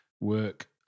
work